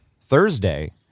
Thursday